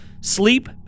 Sleep